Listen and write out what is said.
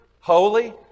holy